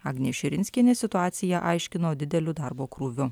agnė širinskienė situaciją aiškino dideliu darbo krūviu